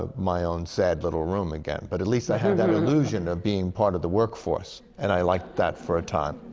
ah my own sad little room again. but at least i had that illusion of being part of the work force. and i liked that, for a time.